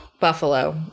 Buffalo